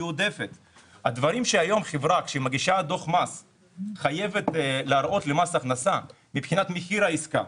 היום כשחברה מגישה דוח מס חייבת להראות למס הכנסה מבחינת מחיר העסקה,